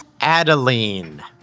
Adeline